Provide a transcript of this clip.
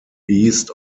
east